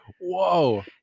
Whoa